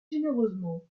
généreusement